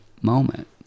moment